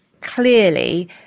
Clearly